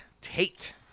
Tate